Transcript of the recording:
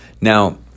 Now